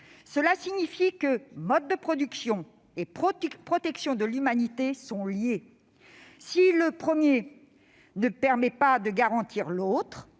cela signifie que mode de production et protection de l'humanité sont liés. Si le premier ne permet pas de garantir l'autre,